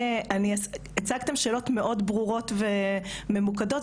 והצגתם שאלות מאוד ברורות וממוקדות,